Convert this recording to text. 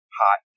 hot